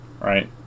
right